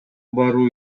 баруу